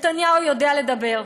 נתניהו יודע לדבר,